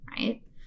right